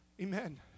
Amen